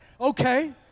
Okay